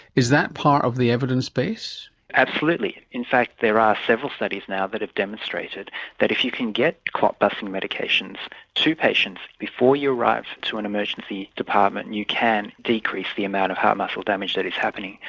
is that part of the evidence base? absolutely. in fact there are several studies now that have demonstrated that if you can get clotbusting medications to patients before you arrive to an emergency department and you can decrease the amount of heart muscle damage that is happening.